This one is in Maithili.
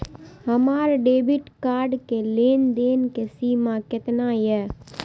हमार डेबिट कार्ड के लेन देन के सीमा केतना ये?